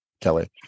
Kelly